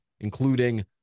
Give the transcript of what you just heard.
including